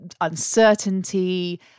uncertainty